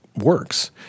works